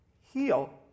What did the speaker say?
heal